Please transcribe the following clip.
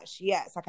yes